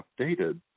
updated